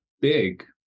big